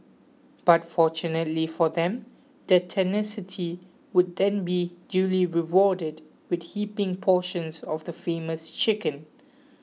but fortunately for them their tenacity would then be duly rewarded with heaping portions of the famous chicken